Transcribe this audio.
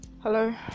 Hello